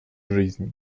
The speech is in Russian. жизни